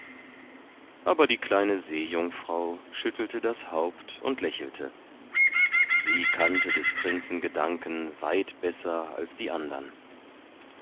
aber die kleine seejungfrau schüttelte das haupt und lächelte sie kannte des prinzen gedanken weit besser als die andern